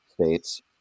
states